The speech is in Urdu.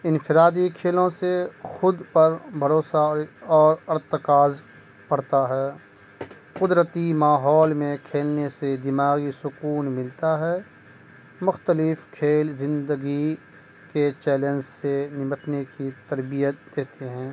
انفرادی کھیلوں سے خود پر بھروسہ اور ارتکاز پڑتا ہے قدرتی ماحول میں کھیلنے سے دماغی سکون ملتا ہے مختلف کھیل زندگی کے چیلنج سے نمٹنے کی تربیت دیتے ہیں